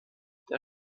der